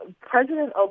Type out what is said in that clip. President